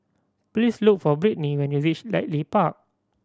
please look for Brittney when you reach Ridley Park